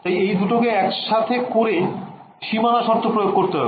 তাই এই দুটোকে একসাথে করে সীমানা শর্ত প্রয়োগ করতে হবে